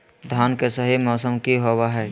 धान के सही मौसम की होवय हैय?